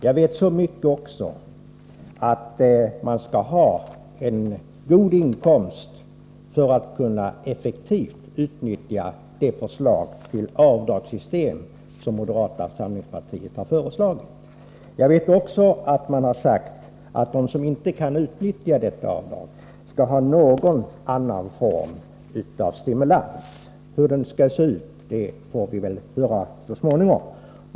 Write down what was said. Man skall ha en god inkomst för att effektivt kunna utnyttja det avdragssystem som moderata samlingspartiet har föreslagit. Jag vet också att man har sagt att de som inte kan utnyttja detta avdrag skall få någon annan form av stimulans. Hur den skall se ut får vi väl höra så småningom.